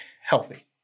healthy